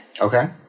Okay